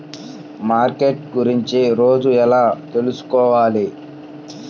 Market గురించి రోజు ఎలా తెలుసుకోవాలి?